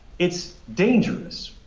it's dangerous.